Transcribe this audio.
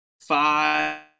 five